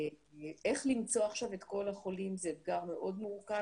איך למצוא עכשיו את כול החולים זה אתגר מאוד מורכב